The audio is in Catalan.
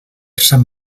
sant